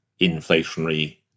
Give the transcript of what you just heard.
inflationary